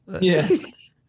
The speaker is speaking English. Yes